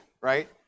right